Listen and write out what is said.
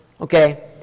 Okay